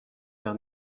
l’un